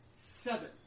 seven